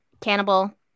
cannibal